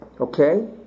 Okay